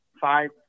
five